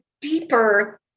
deeper